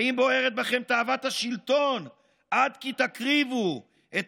האם בוערת בכם תאוות השלטון עד כי תקריבו את